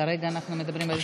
כרגע אנחנו מדברים על ראשונה.